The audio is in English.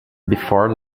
before